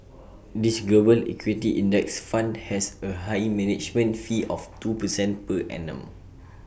this global equity index fund has A highly management fee of two percent per annum